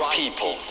people